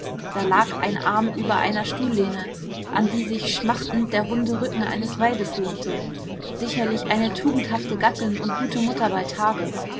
da lag ein arm über einer stuhllehne an die sich schmachtend der runde rücken eines weibes lehnte sicherlich eine tugendhafte gattin und gute mutter bei tage